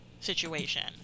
situation